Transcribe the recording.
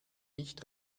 nicht